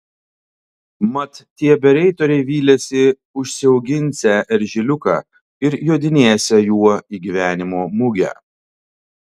mat tie bereitoriai vylėsi užsiauginsią eržiliuką ir jodinėsią juo į gyvenimo mugę